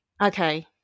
Okay